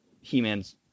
He-Man's